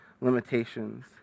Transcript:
limitations